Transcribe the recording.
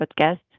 podcast